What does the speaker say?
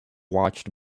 watched